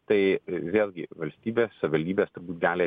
tai vėlgi valstybė savivaldybės turbūt gali